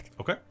Okay